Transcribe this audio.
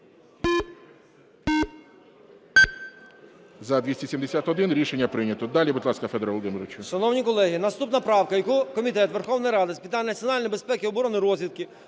За-271 Рішення прийнято. Далі, будь ласка, Федір Володимирович.